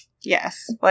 Yes